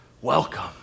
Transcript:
Welcome